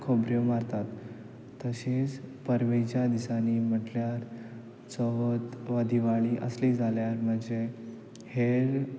खूब खबऱ्यो मारतात तशीच परबेच्या दिसांनी म्हटल्यार चवथ वा दिवाळी आसली जाल्यार म्हणजे हेर